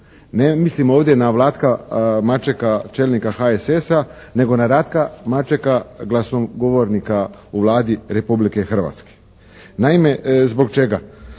Ne mislim ovdje na Vlatka Mačeka, čelnika HSS-a, nego na Ratka Mačeka, glasnogovornika u Vladi Republike Hrvatske. Naime, zbog čega?